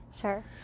Sure